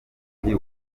mujyi